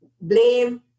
Blame